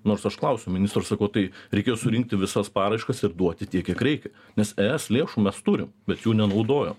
nors aš klausiau ministro ir sakau tai reikėjo surinkti visas paraiškos ir duoti tiek kiek reikia nes es lėšų mes turim bet jų nenaudojo